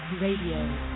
Radio